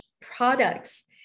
products